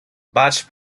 bach